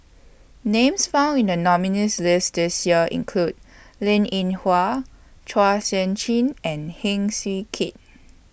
Names found in The nominees' list This Year include Linn in Hua Chua Sian Chin and Heng Swee Keat